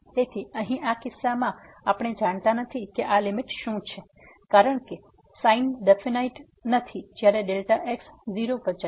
તેથી અહીં આ કિસ્સામાં આપણે જાણતા નથી કે આ લીમીટ શું છે કારણ કે sin ડિફાઇનાઈટ નથી જયારે x 0 પર જાય છે